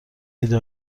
ایده